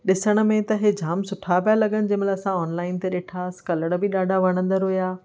ॾिसण में त इहे जाम सुठा पिया लॻनि जंहिं महिल असां ऑनलाइन ते ॾिठासीं कलर बि ॾाढा वणंदर हुआ